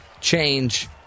change